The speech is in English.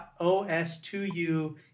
OS2U